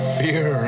fear